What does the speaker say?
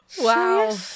Wow